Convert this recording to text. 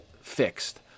fixed